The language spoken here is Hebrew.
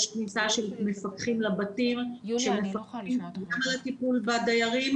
יש כניסה של מפקחים לבתים שמפקחים על הטיפול בדיירים